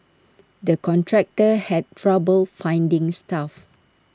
the contractor had trouble finding staff